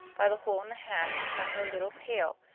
by the hole in the hat, turned her a little pale,